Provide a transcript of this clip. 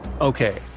Okay